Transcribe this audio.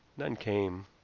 none came.